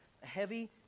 heavy